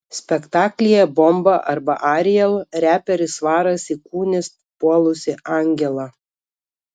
spektaklyje bomba arba ariel reperis svaras įkūnys puolusį angelą